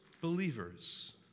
believers